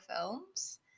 films